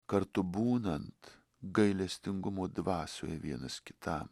kartu būnant gailestingumo dvasioje vienas kitam